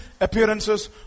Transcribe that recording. appearances